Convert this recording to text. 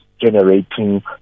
generating